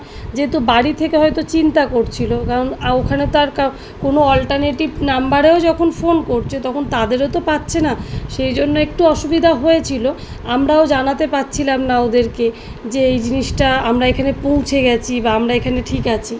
যেহেতু বাড়ি থেকে হয়তো চিন্তা করছিলো কারণ ওখানে তো আর কারো কোনো অল্টারনেটিভ নাম্বারেও যখন ফোন করে তখন তাদেরও তো পাচ্ছে না সেই জন্য একটু অসুবিধা হয়েচিলো আমরাও জানাতে পারছিলাম না ওদেরকে যে এই জিনিসটা আমরা এখানে পৌঁছে গেছি বা আমরা এখানে ঠিক আছি